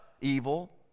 evil